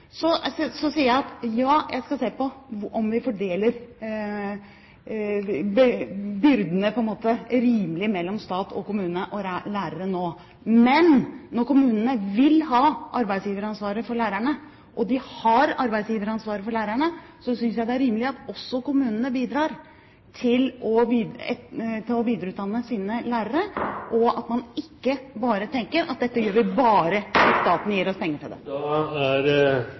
Ja, jeg skal se på om vi fordeler byrdene rimelig mellom stat og kommune og lærere nå, men når kommunene vil ha arbeidsgiveransvaret for lærerne, og de har arbeidsgiveransvaret for lærerne, så synes jeg det er rimelig at også kommunene bidrar til å videreutdanne sine lærere, og at man ikke tenker at dette gjør vi bare når staten gir oss penger til det.